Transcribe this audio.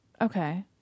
Okay